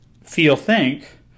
feel-think